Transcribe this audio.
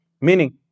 Meaning